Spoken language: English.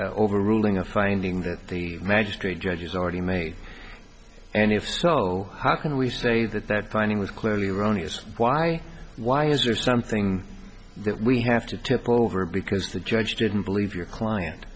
that overruling a finding that the magistrate judge has already made and if so how can we say that that finding was clearly erroneous why why is there something that we have to tip over because the judge didn't believe your client